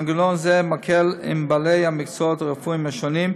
מנגנון זה מקל על בעלי מקצועות הרפואיים השונים.